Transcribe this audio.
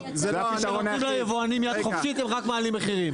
כשנותנים ליבואנים יד חופשית הם רק מעלים מחירים.